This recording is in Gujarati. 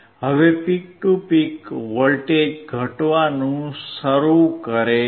હવે પીક ટુ પીક વોલ્ટેજ ઘટવાનું શરૂ કરે છે